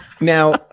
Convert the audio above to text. now